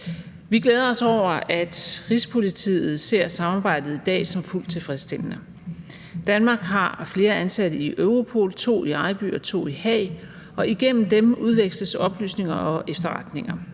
Vi glæder os over, at Rigspolitiet ser samarbejdet i dag som fuldt tilfredsstillende. Danmark har flere ansatte i Europol, to i Ejby og to i Haag, og igennem dem udveksles oplysninger og efterretninger,